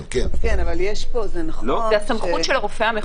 זאת הסמכות של הרופא המחוזי.